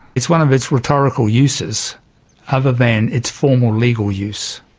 it's one of its rhetorical uses other than its formal legal use.